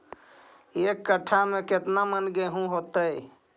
एक कट्ठा में केतना मन गेहूं होतै?